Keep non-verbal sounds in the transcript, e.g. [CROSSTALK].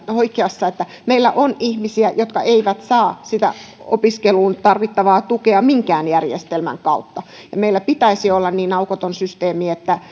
oikeassa että meillä on ihmisiä jotka eivät saa sitä opiskeluun tarvittavaa tukea minkään järjestelmän kautta ja meillä pitäisi olla niin aukoton systeemi että [UNINTELLIGIBLE]